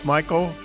Michael